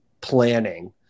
planning